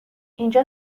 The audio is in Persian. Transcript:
اینجا